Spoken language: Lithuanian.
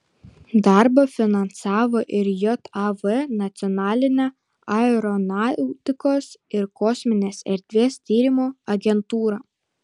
darbą finansavo ir jav nacionalinė aeronautikos ir kosminės erdvės tyrimų agentūra